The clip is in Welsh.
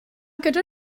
gyda